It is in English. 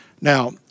Now